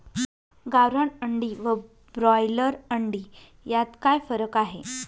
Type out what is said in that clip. गावरान अंडी व ब्रॉयलर अंडी यात काय फरक आहे?